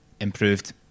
improved